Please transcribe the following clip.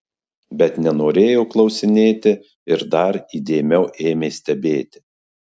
bet nenorėjo klausinėti ir dar įdėmiau ėmė stebėti